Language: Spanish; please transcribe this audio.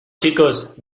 chicos